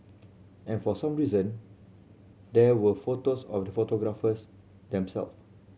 and for some reason there were photos of the photographers them self